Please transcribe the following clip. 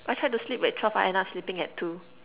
I tried to sleep at twelve I end up sleeping at two